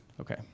Okay